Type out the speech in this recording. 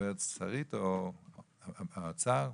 משרד האוצר.